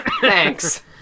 Thanks